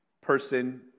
person